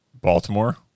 Baltimore